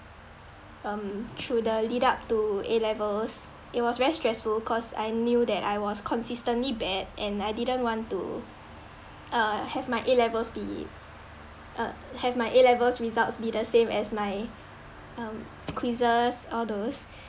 um through the lead up to A levels it was very stressful cause I knew that I was consistently bad and I didn't want to uh have my A levels be uh have my A levels results be the same as my um quizzes all those